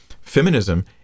Feminism